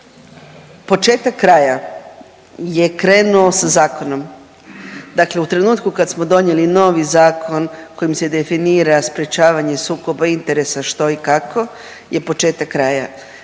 početak kraja je krenuo sa zakonom, dakle u trenutku kad smo donijeli novi zakon kojim se definira sprječavanje sukoba interesa što i kako je početak kraja.